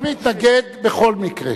אתה מתנגד בכל מקרה.